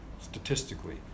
statistically